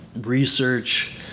research